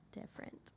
different